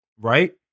right